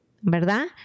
¿verdad